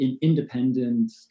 independent